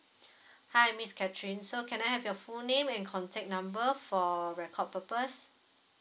hi miss K A T H E R I N E so can I have your full name and contact number for record purpose